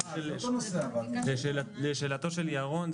לשאלתו של ירון,